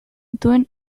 dituen